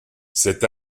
cet